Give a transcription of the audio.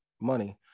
money